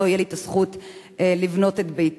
גם לא תהיה לי הזכות לבנות את ביתי,